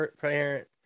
parent